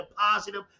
positive